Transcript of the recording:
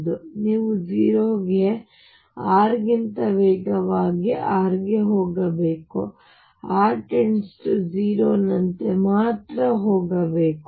ಆದ್ದರಿಂದ ನೀವು 0 ಗೆ r ಗಿಂತ ವೇಗವಾಗಿ r ಗೆ ಹೋಗಬೇಕು ಅಥವಾ r 0 ನಂತೆ ಮಾತ್ರ r ಗೆ ಹೋಗಬೇಕು